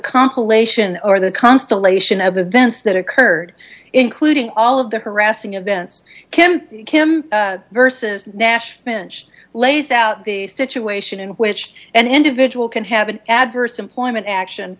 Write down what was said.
compilation or the constellation of the vents that occurred including all of the harassing events kim kim versus nash lays out the situation in which an individual can have an adverse employment action